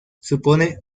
supone